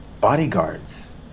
bodyguards